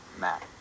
Matt